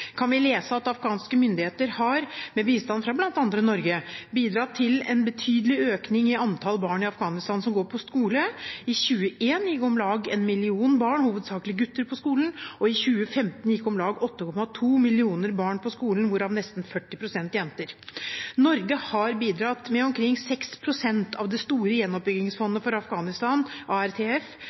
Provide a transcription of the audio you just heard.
kan vi lese: «Afghanske myndigheter har med bistand fra blant andre Norge bidratt til en betydelig økning i antall barn i Afghanistan som går på skole. I 2001 gikk om lag én million barn, hovedsakelig gutter, på skolen. I 2015 gikk om lag 8,2 millioner barn på skolen, hvorav nesten 40 prosent jenter. Norge har bidratt med omkring seks prosent av det store gjenoppbyggingsfondet for Afghanistan